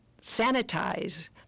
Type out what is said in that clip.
sanitize